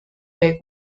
big